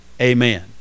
Amen